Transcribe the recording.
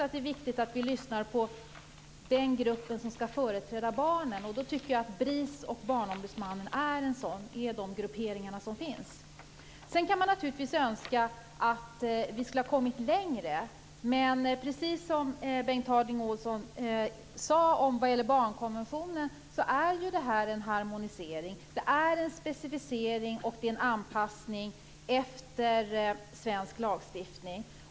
Det är viktigt att vi lyssnar på den grupp som skall företräda barnen. BRIS och Barnombudsmannen är de grupperingar som finns. Vi kan naturligtvis önska att vi skulle ha kommit längre. Men precis som Bengt Harding Olson sade om barnkonventionen, är det fråga om en harmonisering. Det är en specificering och en anpassning efter svensk lagstiftning.